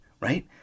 right